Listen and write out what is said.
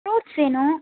fruits வேணும்